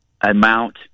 amount